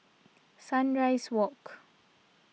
Sunrise Walk